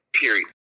period